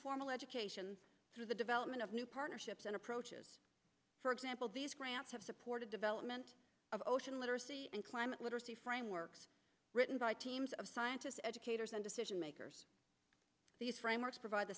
informal education through the development of new partnerships and approaches for example these grants have supported development of ocean literacy and climate literacy frameworks written by teams of scientists educators and decision makers these frameworks provide the